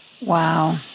Wow